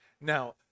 Now